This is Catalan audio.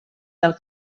del